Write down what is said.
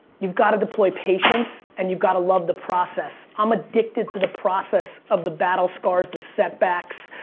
you've gotta deploy patience and you gotta love the process. i'm addicted to the process of the battle scars, the setbacks,